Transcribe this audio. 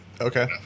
Okay